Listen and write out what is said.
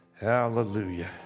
Hallelujah